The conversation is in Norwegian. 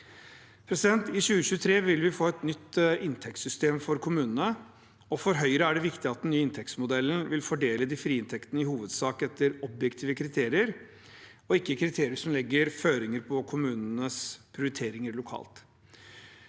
I 2023 vil vi få et nytt inntektssystem for kommunene. For Høyre er det viktig at den inntektsmodellen vil fordele de frie inntektene i hovedsak etter objektive kriterier, og ikke kriterier som legger føringer på kommunenes prioriteringer lokalt.